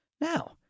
Now